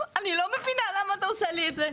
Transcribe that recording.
אני לא מבינה למה אתה עושה לי את זה.